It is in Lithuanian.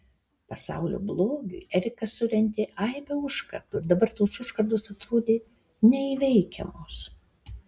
pasaulio blogiui erikas surentė aibę užkardų ir dabar tos užkardos atrodė neįveikiamos